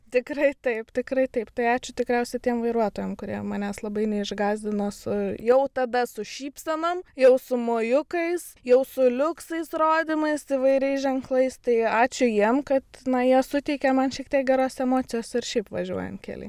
tikrai taip tikrai taip tai ačiū tikriausiai tiem vairuotojam kurie manęs labai neišgąsdino su jau tada su šypsenom jau su mojukais jau su liuksais rodymais įvairiais ženklais tai ačiū jiem kad na jie suteikė man šiek tiek geros emocijos ir šiaip važiuojant kely